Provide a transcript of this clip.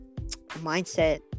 mindset